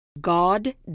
God